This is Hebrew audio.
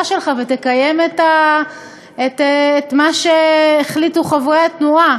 שלך ותקיים את מה שהחליטו חברי התנועה.